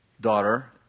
daughter